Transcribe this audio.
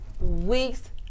week's